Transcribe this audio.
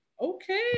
okay